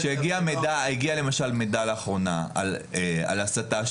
כשהגיע למשל מידע לאחרונה על הסתה,